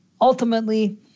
ultimately